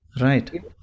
Right